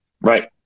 Right